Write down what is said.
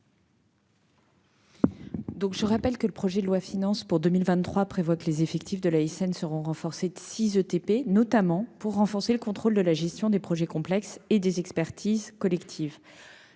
Je rappelle que le projet de loi de finances pour 2023 prévoit que les effectifs de l'ASN seront augmentés de 6 ETP, notamment pour renforcer le contrôle de la gestion des projets complexes et des expertises collectives.